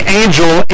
angel